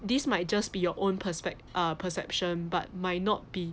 this might just be your own prospect uh perception but might not be